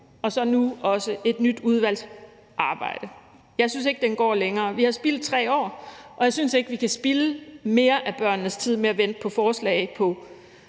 og nu også et nyt udvalgsarbejde. Jeg synes ikke, den går længere. Vi har spildt 3 år, og jeg synes ikke, vi kan spilde mere af børnenes tid med at vente på forslag fra